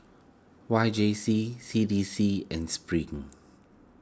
Y J C C D C and Spring